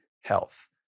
health